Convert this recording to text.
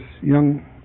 young